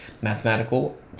mathematical